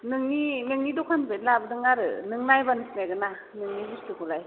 नोंनि दकाननिफ्रायनो लाबोदों आरो नों नायबानो सिनायगोन ना नोंनि बुस्तुखौलाय